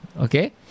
Okay